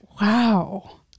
Wow